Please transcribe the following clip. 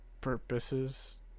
purposes